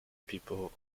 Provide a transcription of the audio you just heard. people